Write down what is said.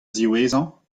ziwezhañ